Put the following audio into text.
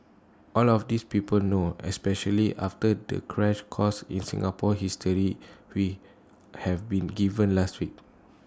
all of this people know especially after the crash course in Singapore history we have been given last week